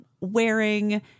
wearing